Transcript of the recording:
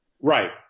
Right